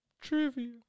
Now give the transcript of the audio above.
Trivia